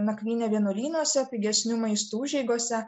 nakvyne vienuolynuose pigesniu maistu užeigose